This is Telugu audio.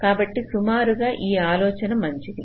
కాబట్టి సుమారుగా ఈ ఆలోచన మంచిది